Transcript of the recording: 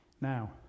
Now